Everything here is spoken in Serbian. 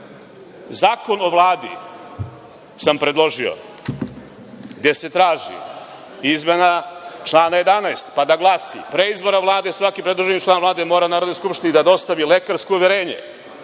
o Vladi sam predložio gde se traži izmena člana 11. pa da glasi – pre izbora Vlade svaki predloženi član Vlade mora Narodnoj skupštini da dostavi lekarsko uverenje